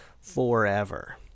forever